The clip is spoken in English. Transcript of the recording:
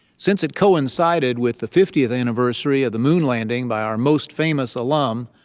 since it coincided with the fiftieth anniversary of the moon landing by our most famous alum,